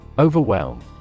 Overwhelm